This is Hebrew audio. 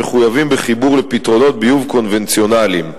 מחויבים בחיבור לפתרונות ביוב קונבנציונליים.